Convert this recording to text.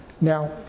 Now